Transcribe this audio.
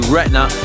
Retina